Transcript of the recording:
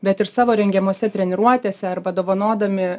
bet ir savo rengiamose treniruotėse arba dovanodami